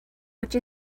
which